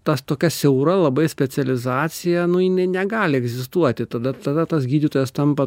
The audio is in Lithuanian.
tas tokia siaura labai specializacija nu jinai negali egzistuoti tada tada tas gydytojas tampa